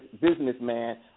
businessman